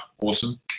awesome